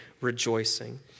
rejoicing